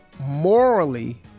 Morally